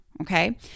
Okay